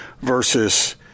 versus